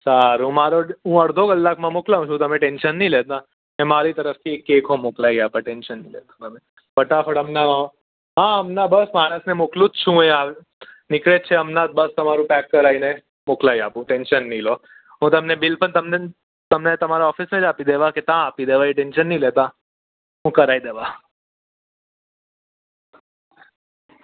સારું મારો હું અડધો કલાકમાં મોકલાવું છું તમે ટેન્શન નહીં લેતા એ મારી તરફથી એક કેકો મોકલાવી આપે ટેન્શન નહીં લેતા તમે ફટાફટ હમણાં બસ માણસને મોકલું છું એ હાલ નીકળે જ છે હમણાં જ બસ તમારું પેક કરાવીને મોકલાવી આપું ટેન્શન નહીં લો હું તમને બિલ પણ તમને જ તમને તમાર ઓફિસે આપી દેવા કે તાં આપી દઉં એ ટેન્શન નહીં લેતા હું કરાવી દેવા